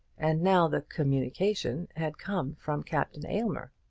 and now the communication had come from captain aylmer!